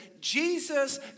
Jesus